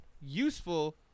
useful